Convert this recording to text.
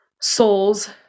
souls